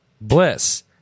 Bliss